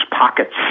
pockets